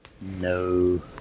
No